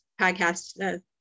podcast